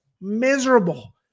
miserable